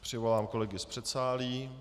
Přivolám kolegy z předsálí.